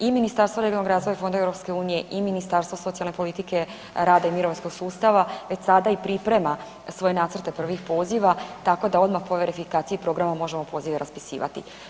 I Ministarstvo regionalnog razvoja i fondova EU i Ministarstvo socijalne politike, rada i mirovinskog sustava već sada i priprema svoje nacrte prvih poziva tako da odmah po verifikaciji programa možemo pozive raspisivati.